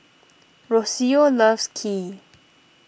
Rocio loves Kheer